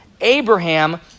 Abraham